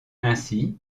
ainsi